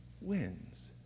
wins